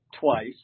twice